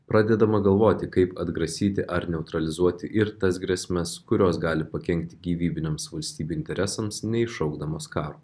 pradedama galvoti kaip atgrasyti ar neutralizuoti ir tas grėsmes kurios gali pakenkti gyvybiniams valstybių interesams neišaukdamos karo